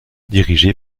dirigé